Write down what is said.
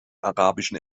arabischen